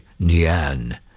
Nian